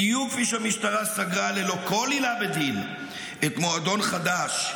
בדיוק כפי שהמשטרה סגרה ללא כל עילה בדין את מועדון חד"ש,